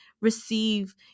receive